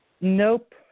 Nope